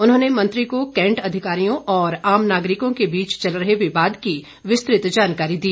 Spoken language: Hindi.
उन्होंने मंत्री को कैंट अधिकारियों और आम नागरिकों के बीच चल रहे विवाद की विस्तृत जानकारी दी